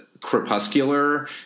crepuscular